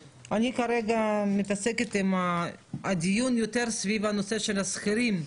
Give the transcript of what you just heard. כרגע הדיון הוא יותר סביב הנושא של השכירים.